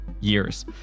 years